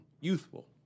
youthful